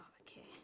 okay